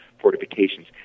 fortifications